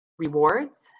rewards